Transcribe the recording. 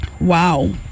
Wow